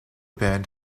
band